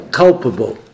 culpable